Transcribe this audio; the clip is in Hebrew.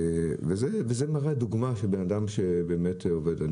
זה מראה על דוגמה של בן אדם שבאמת עובד.